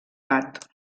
gat